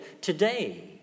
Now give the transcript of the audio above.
today